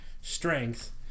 strength